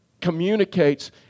communicates